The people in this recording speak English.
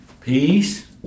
peace